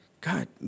God